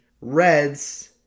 Reds